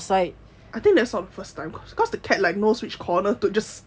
I think this is not the first time because the cat like knows which corner to just stay in